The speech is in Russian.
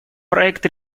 проект